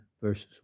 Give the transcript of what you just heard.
verses